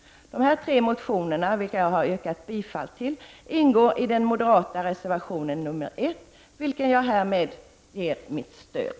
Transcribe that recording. Dessa tre motioner som jag här yrkar bifall till ingår i den moderata reservationen nr 1, vilken jag härmed ger mitt stöd.